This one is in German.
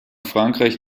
frankreich